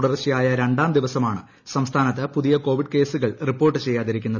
തുടർച്ചയായ രണ്ടാം ദിവസമാണ് സംസ്ഥാനത്ത് പുതിയ കോവിഡ് റിപ്പോർട്ട് കേസുകൾ ചെയ്യാതിരിക്കുന്നത്